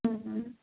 ਹਮ